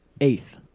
eighth